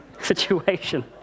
situation